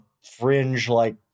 fringe-like